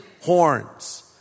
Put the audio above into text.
horns